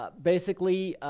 ah basically,